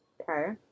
Okay